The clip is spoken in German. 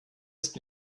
ist